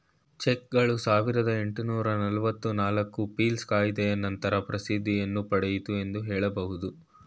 ಚೆಕ್ಗಳು ಸಾವಿರದ ಎಂಟುನೂರು ನಲವತ್ತು ನಾಲ್ಕು ರ ಪೀಲ್ಸ್ ಕಾಯಿದೆಯ ನಂತರ ಪ್ರಸಿದ್ಧಿಯನ್ನು ಪಡೆಯಿತು ಎಂದು ಹೇಳಬಹುದು